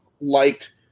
liked